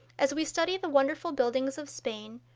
as we study the wonderful buildings of spain,